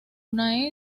una